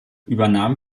übernahm